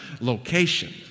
location